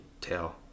tell